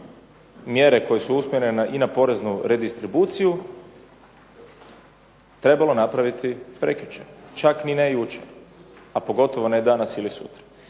mjere koje su usmjerene na poreznu redistribuciju trebalo napraviti prekjučer, čak ni ne jučer, a pogotovo ne danas ili sutra.